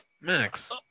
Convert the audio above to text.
Max